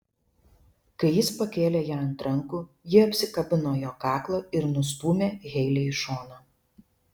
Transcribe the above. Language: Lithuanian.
kai jis pakėlė ją ant rankų ji apsikabino jo kaklą ir nustūmė heilę į šoną